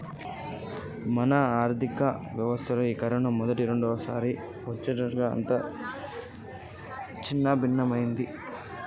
మన ఆర్థిక వ్యవస్థ ఈ కరోనా మొదటి రెండవసారి వచ్చేట్లు అంతా సిన్నభిన్నమైంది